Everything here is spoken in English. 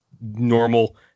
normal